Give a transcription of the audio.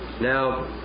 Now